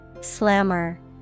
Slammer